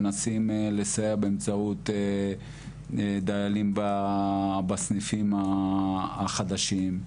מנסים לסייע באמצעות דיילים בסניפים החדשים,